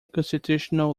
constitutional